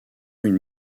une